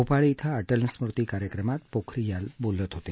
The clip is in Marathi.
भोपाळ ड्यें अटल स्मृती कार्यक्रमात पोखरियाल बोलत होते